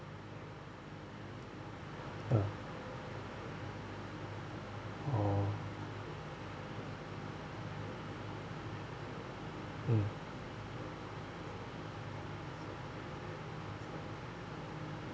uh oh mm